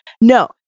no